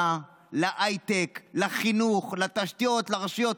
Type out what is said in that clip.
לרפואה, להייטק, לחינוך, לתשתיות, לרשויות.